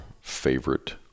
favorite